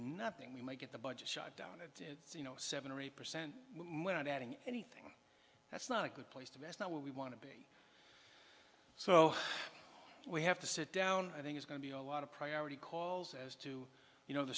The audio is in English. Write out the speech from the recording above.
nothing we might get the budget shutdown and you know seven or eight percent not adding anything that's not a good place to be it's not what we want to be so we have to sit down i think is going to be a lot of priority calls as to you know the